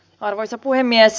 arvoisa puhemies